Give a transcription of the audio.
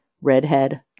Redhead